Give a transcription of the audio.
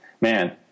man